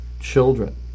children